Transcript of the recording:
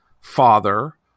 father